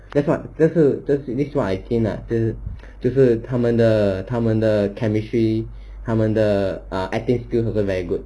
这算这是这是 this [one] I think lah 就是就是他们的他们的 chemistry 他们的 uh acting skill also very good